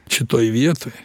šitoj vietoj